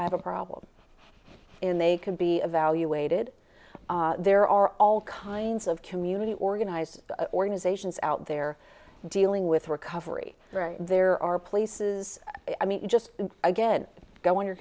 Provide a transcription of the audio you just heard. i have a problem when they can be evaluated there are all kinds of community organizing organizations out there dealing with recovery right there are places i mean you just again go on your